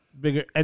Bigger